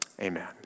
Amen